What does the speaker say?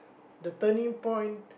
the turning point